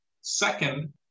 Second